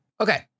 Okay